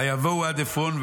ויבואו עד עפרון,